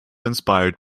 inspired